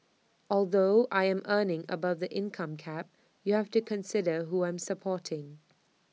although I am earning above the income cap you have to consider who I am supporting